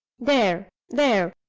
there! there!